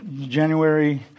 January